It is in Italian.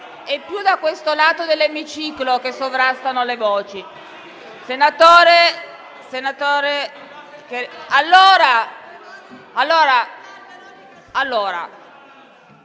è più da questo lato dell'emiciclo che sovrastano le voci.